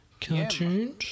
cartoons